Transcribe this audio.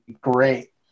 great